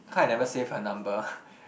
cause I never save her number